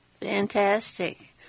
Fantastic